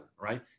right